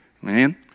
man